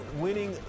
winning